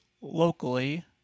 locally